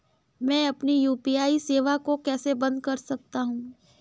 मैं अपनी यू.पी.आई सेवा को कैसे बंद कर सकता हूँ?